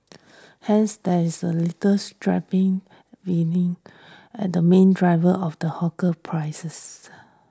hence there is a little and the main driver of the hawker prices